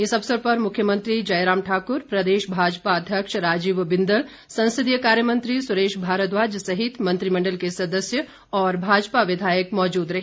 इस अवसर पर मुख्यमंत्री जयराम ठाक्र प्रदेश भाजपा अध्यक्ष राजीव बिंदल संसदीय कार्यमंत्री सुरेश भारद्वाज सहित मंत्रिमण्डल के सदस्य और भाजपा विधायक मौजूद रहे